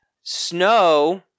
snow